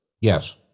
Yes